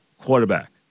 quarterback